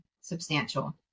substantial